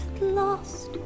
lost